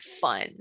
fun